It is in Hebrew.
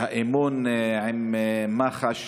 שהאמון עם מח"ש,